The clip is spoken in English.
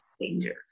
danger